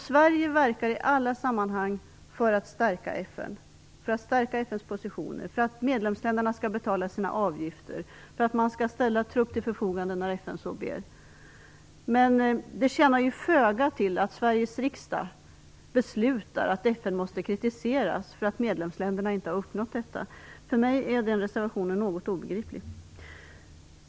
Sverige verkar i alla sammanhang för att stärka FN och dess positioner, för att medlemsländerna skall betala sina avgifter och för att man skall ställa trupp till förfogande när FN ber om det, men det nyttar föga att Sveriges riksdag beslutar att FN skall kritiseras för att medlemsländerna inte har uppnått detta. För mig är den här reservationen något obegriplig.